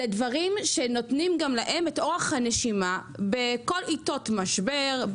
דברים שנותנים להם אורך נשימות בעיתות משבר,